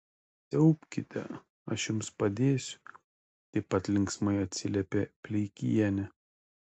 siaubkite aš jums padėsiu taip pat linksmai atsiliepė pleikienė